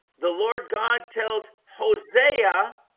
the lord god tells hosea,